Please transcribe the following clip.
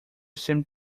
seemed